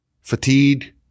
fatigued